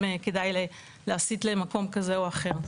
אם כדאי להסיט למקום כזה או אחר,